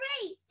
great